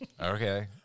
Okay